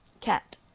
Cat